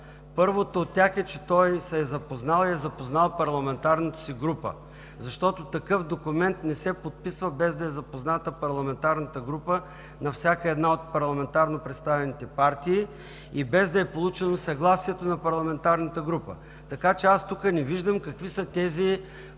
Първото от тях е, че той се е запознал и е запознал парламентарната си група, защото такъв документ не се подписва, без да е запозната парламентарната група на всяка една от парламентарно представените партии и без да е получено съгласието на парламентарната група. Така че аз тук не виждам какви са тези